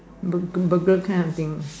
Burger Burger kind of thing